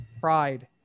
pride